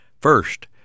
first